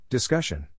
Discussion